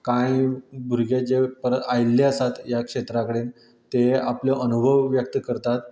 कांय भुरगें जे परत आयिल्ले आसात ह्या क्षेत्रा कडेन ते आपले अनूभव व्यक्त करतात